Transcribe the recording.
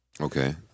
Okay